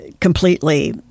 completely